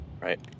right